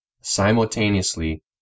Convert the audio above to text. simultaneously